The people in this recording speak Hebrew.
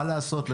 מה לעשות,